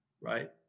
right